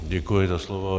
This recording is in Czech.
Děkuji za slovo.